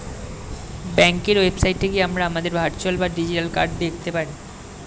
ব্যাঙ্কের ওয়েবসাইটে গিয়ে আমরা আমাদের ভার্চুয়াল বা ডিজিটাল কার্ড দেখতে পারি